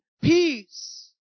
peace